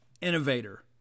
innovator